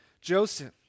Joseph